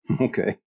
Okay